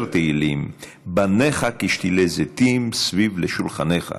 תהילים: "בניך כשתילי זיתים סביב לשולחנך",